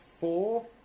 four